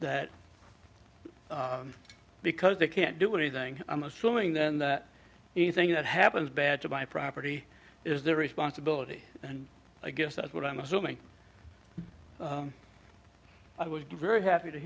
that because they can't do anything i'm assuming then that anything that happens bad to my property is their responsibility and i guess that's what i'm assuming i would be very happy to